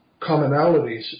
commonalities